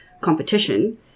competition